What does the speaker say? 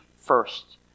First